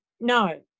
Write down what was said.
no